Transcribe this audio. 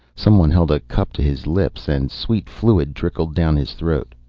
someone held a cup to his lips and sweet fluid trickled down his throat.